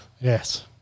Yes